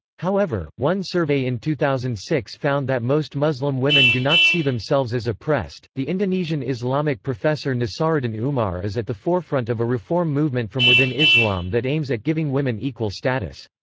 however, one survey in two thousand and six found that most muslim women do not see themselves as oppressed the indonesian islamic professor nasaruddin umar is at the forefront of a reform movement from within islam that aims at giving women equal status.